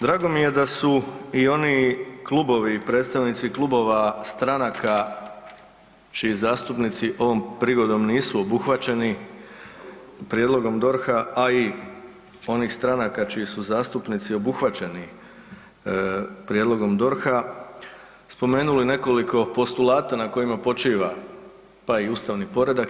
Drago mi je da su i oni klubovi, predstavnici klubova stranaka čiji zastupnici ovom prigodom nisu obuhvaćeni prijedlogom DORH-a, a i onih stranaka čiji su zastupnici obuhvaćeni prijedlogom DORH-a spomenuli nekoliko postulata na kojima počiva pa i ustavni poredak.